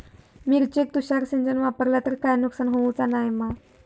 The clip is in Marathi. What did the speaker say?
मिरचेक तुषार सिंचन वापरला तर काय नुकसान होऊचा नाय मा?